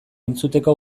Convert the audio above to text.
entzuteko